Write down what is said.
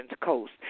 coast